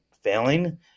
failing